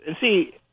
see